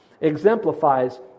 exemplifies